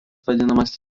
vadinamas